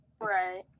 right